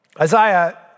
Isaiah